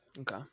Okay